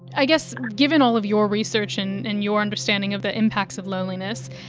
i guess given all of your research and and your understanding of the impacts of loneliness,